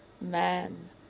man